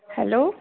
hello